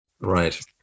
Right